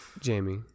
Jamie